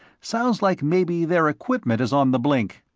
sounds like maybe their equipment is on the blink.